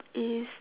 is